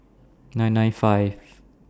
nine nine five